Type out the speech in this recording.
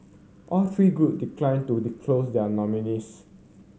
all three group declined to disclose their nominees